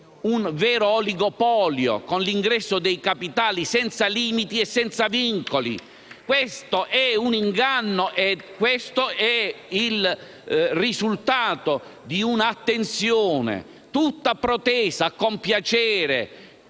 un vero oligopolio, con l'ingresso dei capitali senza limiti e senza vincoli? Questo è un inganno e questo è il risultato di una attenzione tutta protesa a compiacere